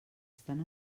estant